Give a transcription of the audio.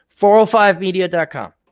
405media.com